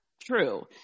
true